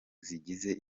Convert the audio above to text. zigize